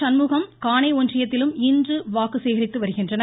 சண்முகம் காணே ஒன்றியத்திலும் இன்று வாக்குசேகரித்து வருகின்றனர்